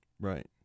Right